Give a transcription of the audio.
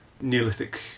Neolithic